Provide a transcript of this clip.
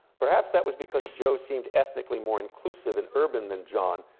pehaps that was because joe seemed ethnically more inclusive and urban than john,